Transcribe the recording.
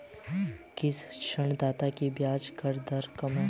किस ऋणदाता की ब्याज दर कम है?